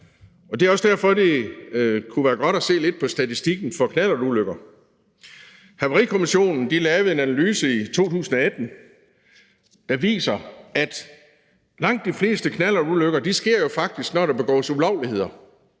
Det er også derfor, at det kunne være godt at se lidt på statistikken for knallertulykker. Havarikommissionen lavede en analyse i 2018, der viser, at langt de fleste knallertulykker jo faktisk sker, når der begås ulovligheder.